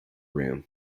room